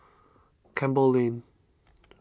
Campbell Lane